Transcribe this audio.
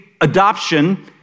adoption